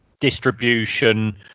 Distribution